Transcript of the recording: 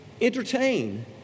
entertain